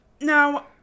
Now